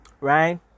Right